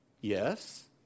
Yes